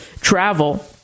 travel